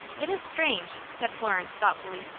it is strange, said florence, thoughtfully.